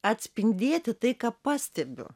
atspindėti tai ką pastebiu